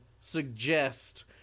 suggest